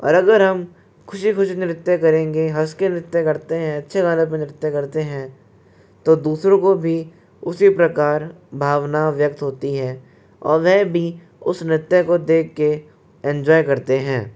और अगर हम खुशी खुशी नृत्य करेंगे हँस के नृत्य करते हैं अच्छे गाने पर नृत्य करते हैं तो दूसरों को भी उसी प्रकार भावना व्यक्त होती है और वह भी उस नृत्य को देख कर इन्जॉय करते हैं